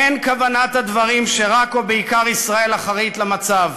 אין כוונת הדברים שרק או בעיקר ישראל אחראית למצב.